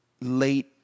late